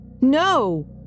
no